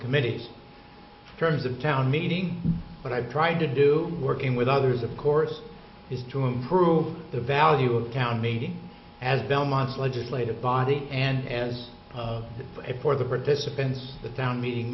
committees terms of town meeting but i've tried to do working with others of course is to improve the value of town meeting as belmont's legislative body and as for the participants the town meeting